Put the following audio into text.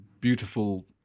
beautiful